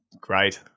great